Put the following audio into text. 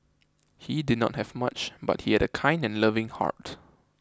he did not have much but he had a kind and loving heart